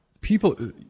people